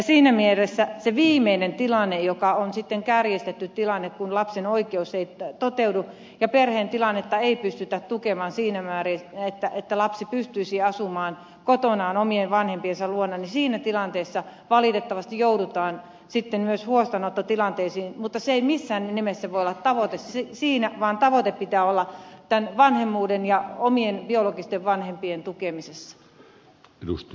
siinä mielessä siinä viimeisessä tilanteessa joka on sitten kärjistetty tilanne kun lapsen oikeus ei toteudu ja perheen tilannetta ei pystytä tukemaan siinä määrin että lapsi pystyisi asumaan kotonaan omien vanhempiensa luona valitettavasti joudutaan sitten myös huostaanottotilanteisiin mutta se ei missään nimessä voi olla tavoite siinä vaan tavoitteen pitää olla tämän vanhemmuuden ja omien biologisten vanhempien tukemisessa